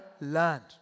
land